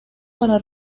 para